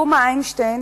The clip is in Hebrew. פרומה איינשטיין,